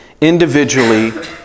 individually